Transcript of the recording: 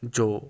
جو